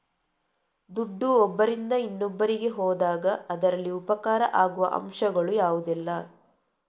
ದುಡ್ಡು ಒಬ್ಬರಿಂದ ಇನ್ನೊಬ್ಬರಿಗೆ ಹೋದಾಗ ಅದರಲ್ಲಿ ಉಪಕಾರ ಆಗುವ ಅಂಶಗಳು ಯಾವುದೆಲ್ಲ?